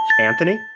Anthony